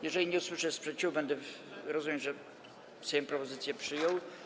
Jeżeli nie usłyszę sprzeciwu, będę rozumiał, że Sejm propozycję przyjął.